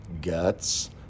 guts